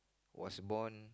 was born